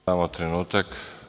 Samo trenutak.